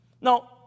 Now